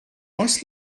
oes